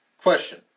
Question